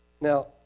Now